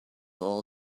all